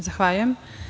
Zahvaljujem.